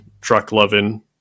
truck-loving